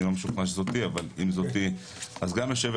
אני לא משוכנע שזאת היא אבל אם זאת היא אז גם יושבת